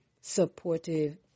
supportive